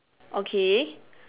okay